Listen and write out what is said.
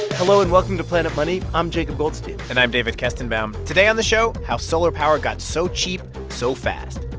hello, and welcome to planet money. i'm jacob goldstein and i'm david kestenbaum. today on the show, how solar power got so cheap so fast